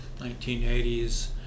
1980s